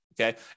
Okay